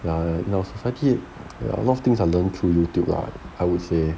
ya in our society a lot of things I learnt through YouTube lah I would say